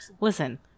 listen